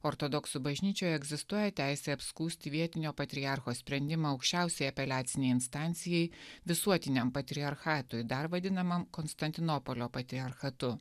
ortodoksų bažnyčioje egzistuoja teisė apskųsti vietinio patriarcho sprendimą aukščiausiajai apeliacinei instancijai visuotiniam patriarchatui dar vadinamam konstantinopolio patriarchatu